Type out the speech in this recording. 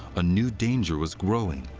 a new danger was growing.